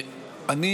אני